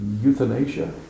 euthanasia